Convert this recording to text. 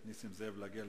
לדעתי,